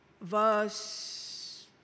verse